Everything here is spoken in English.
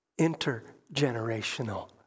intergenerational